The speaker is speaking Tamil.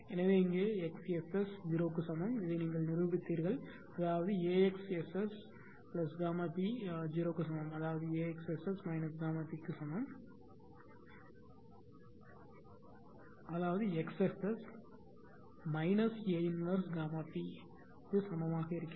எனவே இங்கே X SS 0 க்கு சமம் இதை நீங்கள் நிரூபித்தீர்கள் அதாவது AX SSΓp 0 க்கு சமம் அதாவது AX SS Γp க்கு சமம் அதாவது X SS A 1Γp சமமாக இருக்கிறது